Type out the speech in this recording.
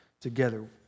together